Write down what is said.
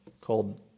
called